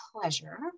pleasure